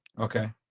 Okay